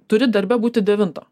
turi darbe būti devintą